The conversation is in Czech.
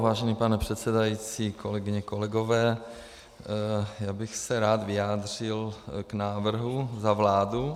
Vážený pane předsedající, kolegyně, kolegové, já bych se rád vyjádřil k návrhu za vládu.